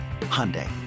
Hyundai